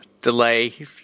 delay